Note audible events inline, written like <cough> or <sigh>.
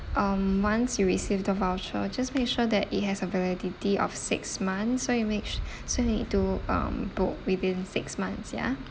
um once you receive the voucher just make sure that it has a validity of six months so you make su~ <breath> so you need to um book within six months ya